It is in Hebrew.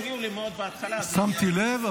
הפריעו לי מאוד בהתחלה --- שמתי לב,